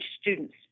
students